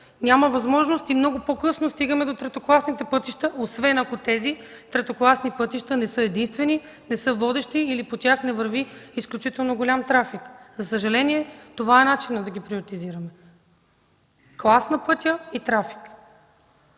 няма възможност и много по-късно стигаме до третокласните пътища, освен ако тези третокласни пътища не са единствени, не са водещи или по тях не върви изключително голям трафик. За съжаление, това е начинът да ги приоритизираме – клас на пътя, и трафик.